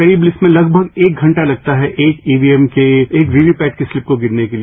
करीब इसमें लगभग एक घंटा लगता है एक ईवीएम के एक वीवीपेंट की स्लिप को गिनने के लिए